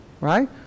Right